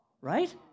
Right